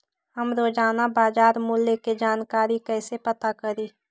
हम रोजाना बाजार मूल्य के जानकारी कईसे पता करी?